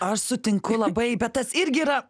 aš sutinku labai bet tas irgi yra